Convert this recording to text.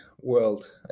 world